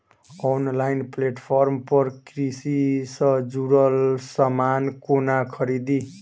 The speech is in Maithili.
ऑनलाइन प्लेटफार्म पर कृषि सँ जुड़ल समान कोना खरीदी?